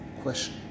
Question